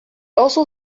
also